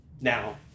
Now